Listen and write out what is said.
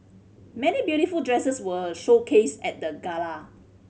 many beautiful dresses were showcased at the gala